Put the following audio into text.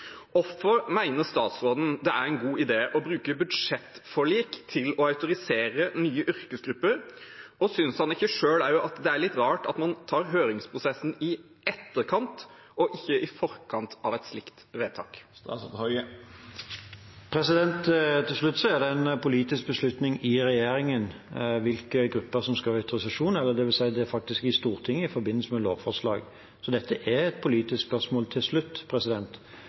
Hvorfor mener statsråden det er en god idé å bruke budsjettforlik til å autorisere nye yrkesgrupper? Og synes han ikke selv det er litt rart at man tar høringsprosessen i etterkant og ikke i forkant av et slikt vedtak? Til slutt er det en politisk beslutning i regjeringen hvilke grupper som skal ha autorisasjon, dvs. at det faktisk er i Stortinget i forbindelse med lovforslag. Så dette er et politisk spørsmål til slutt.